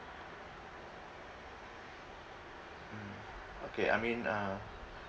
mm okay I mean uh